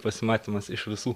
pasimatymas iš visų